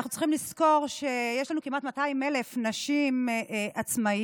אנחנו צריכים לזכור שיש לנו כמעט 200,000 נשים עצמאיות,